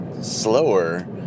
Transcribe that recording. slower